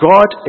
God